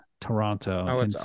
toronto